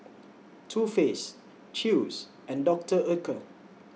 Too Faced Chew's and Doctor Oetker